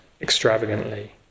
extravagantly